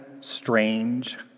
strange